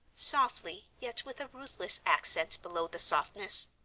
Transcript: softly yet with a ruthless accent below the softness,